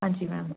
ਹਾਂਜੀ ਮੈਮ